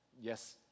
yes